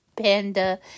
Panda